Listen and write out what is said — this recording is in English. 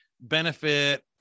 benefit